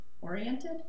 oriented